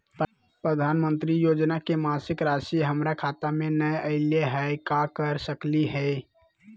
प्रधानमंत्री योजना के मासिक रासि हमरा खाता में नई आइलई हई, का कर सकली हई?